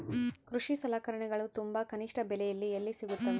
ಕೃಷಿ ಸಲಕರಣಿಗಳು ತುಂಬಾ ಕನಿಷ್ಠ ಬೆಲೆಯಲ್ಲಿ ಎಲ್ಲಿ ಸಿಗುತ್ತವೆ?